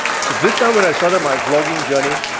so, this time when i started my vlogging journey,